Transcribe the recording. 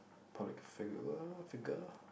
public figure figure